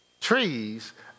trees